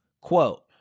quote